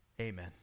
Amen